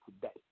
today